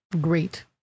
great